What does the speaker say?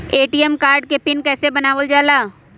ATM card के PIN कैसे बनावल जाला?